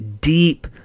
deep